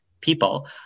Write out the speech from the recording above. people